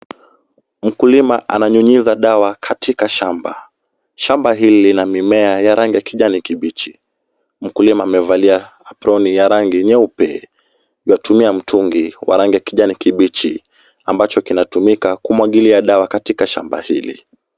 Mkulima ana nyunyiza dawa katika shamba. Shamba hili lina mimea ya rangi ya kijani kibichi. Mkulima amevalia aproni ya rangi ya nyeupe. Yuatumia mtungi wa rangi ya kijani kibichi ambacho kinatumika kumwagilia dawa shamba hii.